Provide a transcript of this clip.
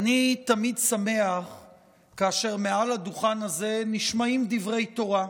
אני תמיד שמח כאשר מעל הדוכן הזה נשמעים דברי תורה,